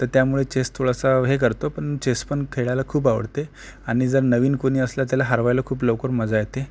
त्यामुळे चेस थोडासा हे करतो पण चेस पण खेळायला खूप आवडते आणि जर नवीन कोणी असलं त्याला हरवायला खूप लवकर मजा येते